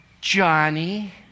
Johnny